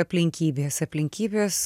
aplinkybės aplinkybės